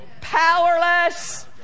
powerless